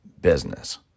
business